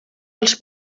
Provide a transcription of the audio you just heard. els